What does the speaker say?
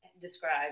describe